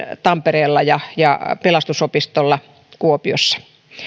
tampereella ja ja pelastus opistolla kuopiossa